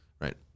Right